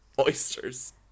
Oysters